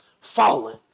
falling